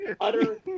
utter